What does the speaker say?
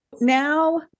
Now